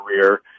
career